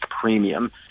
premium